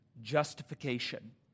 justification